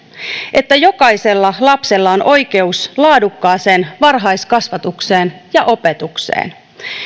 että jokaisella lapsella on oikeus laadukkaaseen varhaiskasvatukseen ja opetukseen